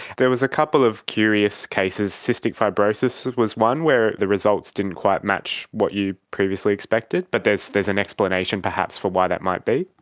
there was a couple of curious cases, cystic fibrosis was one, where the results didn't quite match what you previously expected, but there's there's an explanation perhaps for why that might be?